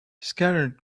scattered